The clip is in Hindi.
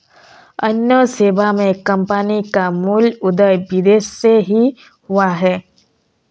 अन्य सेवा मे कम्पनी का मूल उदय विदेश से ही हुआ है